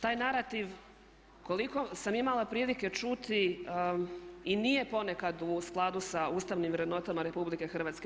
Taj narativ koliko sam imala prilike čuti i nije ponekad u skladu sa ustavnim vrednotama RH.